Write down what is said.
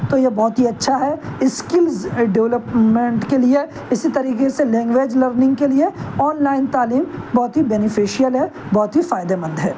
تو یہ بہت ہی اچھا ہے اسکلز ڈیولپمنٹ کے لیے اسی طریقے سے لینگویج لرننگ کے لیے آنلائن تعلیم بہت ہی بینیفیشیل ہے بہت ہی فائدے مند ہے